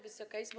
Wysoka Izbo!